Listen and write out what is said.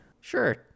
Sure